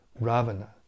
Ravana